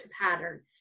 pattern